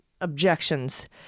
objections